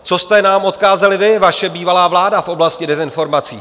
Co jste nám odkázali vy, vaše bývalá vláda, v oblasti dezinformací?